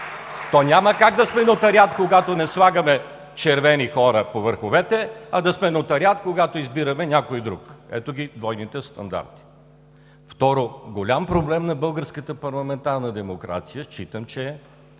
То няма как да сме нотариат, когато слагаме червени хора по върховете, а да сме нотариат, когато избираме някой друг – ето ги двойните стандарти. Второ, за голям проблем на българската парламентарна демокрация считам, че не